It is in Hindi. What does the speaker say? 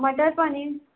मटर पनीर